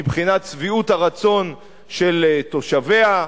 מבחינת שביעות הרצון של תושביה,